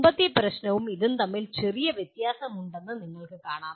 മുമ്പത്തെ പ്രശ്നവും ഇതും തമ്മിൽ ചെറിയ വ്യത്യാസമുണ്ടെന്ന് നിങ്ങൾക്ക് കണാം